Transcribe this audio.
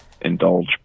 indulge